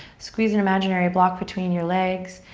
squeeze an imaginary block between your legs.